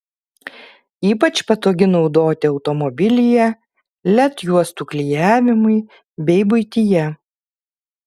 ypač patogi naudoti automobilyje led juostų klijavimui bei buityje